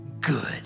good